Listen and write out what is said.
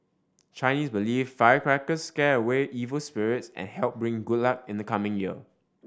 Chinese believe firecrackers will scare away evil spirits and help bring good luck in the coming year